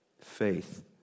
Faith